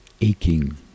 aching